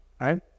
right